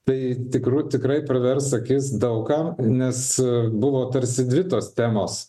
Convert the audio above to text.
tai tikrų tikrai pravers akis daug kam nes buvo tarsi dvi tos temos